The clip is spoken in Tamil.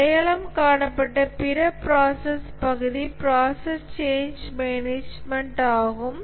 அடையாளம் காணப்பட்ட பிற ப்ராசஸ் பகுதி ப்ராசஸ் சேன்ஞ்ச் மேனேஜ்மென்ட் ஆகும்